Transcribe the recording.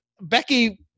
Becky